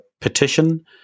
petition